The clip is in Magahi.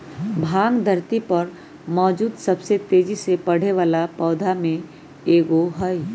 भांग धरती पर मौजूद सबसे तेजी से बढ़ेवाला पौधा में से एगो हई